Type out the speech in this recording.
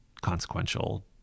consequential